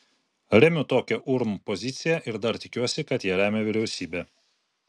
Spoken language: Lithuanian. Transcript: remiu tokią urm poziciją ir dar tikiuosi kad ją remia vyriausybė